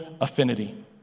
affinity